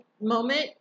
moment